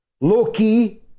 Loki